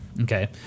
Okay